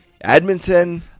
Edmonton